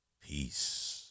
Peace